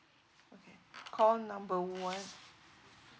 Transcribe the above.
call number one